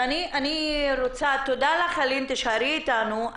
תודה אלין, תישארי איתנו.